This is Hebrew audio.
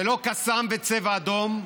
זה לא קסאם וצבע אדום,